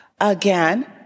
Again